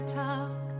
talk